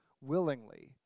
willingly